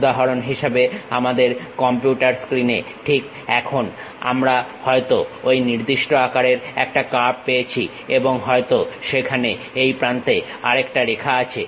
উদাহরণ হিসেবে আমাদের কম্পিউটার স্ক্রিন এ ঠিক এখন আমরা হয়তো ঐ নির্দিষ্ট আকারের একটা কার্ভ পেয়েছি এবং হয়তো সেখানে এই প্রান্তে আরেকটা রেখা আছে